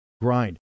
grind